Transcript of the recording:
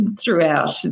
throughout